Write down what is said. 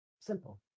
Simple